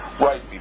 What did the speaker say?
right